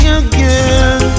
again